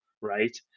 right